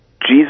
Jesus